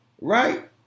right